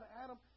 Adam